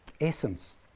essence